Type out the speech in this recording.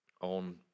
on